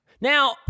Now